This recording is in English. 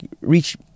Reach